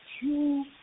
two